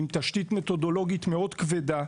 עם תשתית מתודולוגית מאוד כבדה,